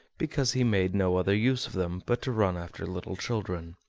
because he made no other use of them but to run after little children.